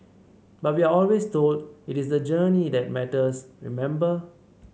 but we are always told it is the journey that matters remember